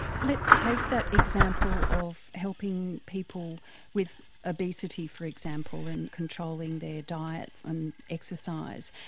let's take that example of helping people with obesity, for example, and controlling their diets and exercise.